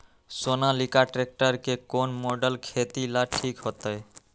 Sonalika tractor के कौन model खेती ला ठीक होतै?